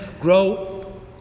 grow